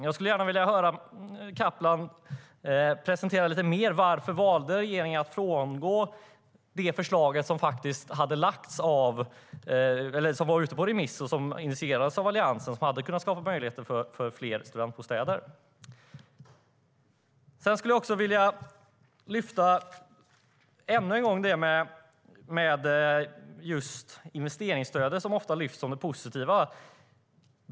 Jag skulle gärna höra Kaplan presentera lite mer om varför regeringen valde att frångå det förslag som var ute på remiss, som initierades av Alliansen och som hade kunnat skapa möjligheter till fler studentbostäder. Jag skulle också ännu en gång vilja ta upp detta med investeringsstödet, som ofta lyfts fram som något positivt.